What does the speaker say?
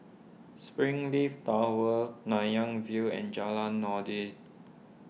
Springleaf Tower Nanyang View and Jalan Noordin